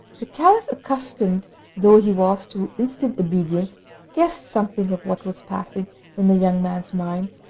the caliph, accustomed though he was to instant obedience guessed something of what was passing in the young man's mind,